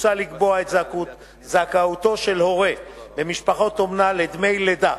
מוצע לקבוע את זכאותו של הורה במשפחות אומנה לדמי לידה